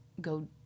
go